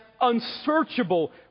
unsearchable